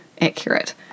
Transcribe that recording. accurate